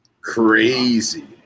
crazy